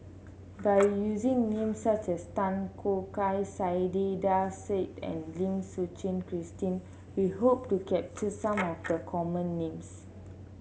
by using names such as Tan Choo Kai Saiedah Said and Lim Suchen Christine we hope to capture some of the common names